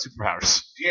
superpowers